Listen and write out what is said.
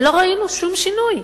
ולא ראינו שום שינוי.